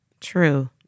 True